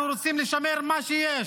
אנחנו רוצים לשמר מה שיש,